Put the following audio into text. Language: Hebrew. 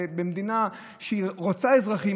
אפילו מדינה שרוצה אזרחים,